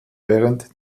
während